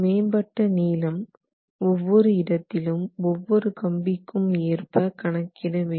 மேம்பட்ட நீளம் Ld ஒவ்வொரு இடத்திலும் ஒவ்வொரு கம்பிக்கு ஏற்ப கணக்கிட வேண்டும்